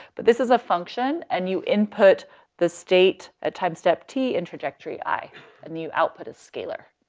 but this is a function and you input the state at time step t and trajectory i and you output a scalar.